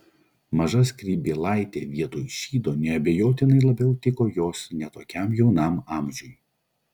maža skrybėlaitė vietoj šydo neabejotinai labiau tiko jos ne tokiam jaunam amžiui